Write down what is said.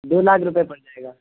دو لاکھ روپئے پڑ جائے گا